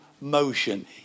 motion